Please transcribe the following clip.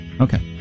Okay